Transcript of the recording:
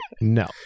No